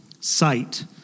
sight